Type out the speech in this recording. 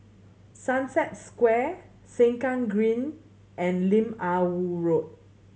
Sunset Square Sengkang Green and Lim Ah Woo Road